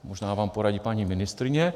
Možná vám poradí paní ministryně.